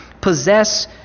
possess